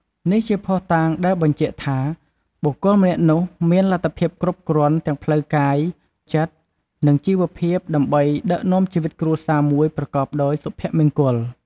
នេះជាភស្តុតាងដែលបញ្ជាក់ថា បុគ្គលម្នាក់នោះមានលទ្ធភាពគ្រប់គ្រាន់ទាំងផ្លូវកាយ ចិត្ត និងជីវភាព ដើម្បីដឹកនាំជីវិតគ្រួសារមួយប្រកបដោយសុភមង្គល។